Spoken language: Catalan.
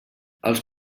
els